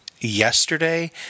yesterday